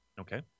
Okay